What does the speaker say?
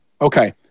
Okay